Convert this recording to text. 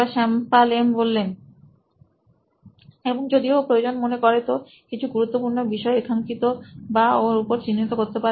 শ্যাম পাল এম এবং যদি ও প্রয়োজন মনে করে তো কিছু গুরুত্বপূর্ণ বিষয় রেখাঙ্কিত বা ওর উপর চিহ্নিত করতে পারে